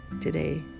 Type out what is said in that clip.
today